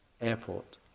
airport